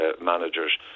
managers